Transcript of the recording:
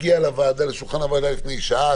הגיע לשולחן הוועדה לפני שעה,